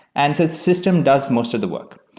and the system does most of the work.